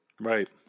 Right